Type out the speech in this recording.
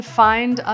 find